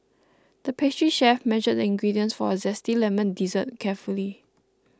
the pastry chef measured the ingredients for a Zesty Lemon Dessert carefully